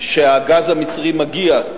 כשהגז המצרי מגיע,